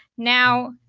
now,